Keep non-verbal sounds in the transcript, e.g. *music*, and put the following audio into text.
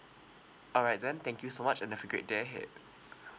all right then thank you so much and have a great day ahead *breath*